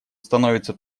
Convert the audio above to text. становится